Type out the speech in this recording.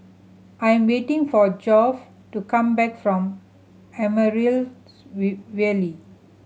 I'm waiting for Geoff to come back from Amaryllis Ville